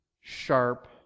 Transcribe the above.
sharp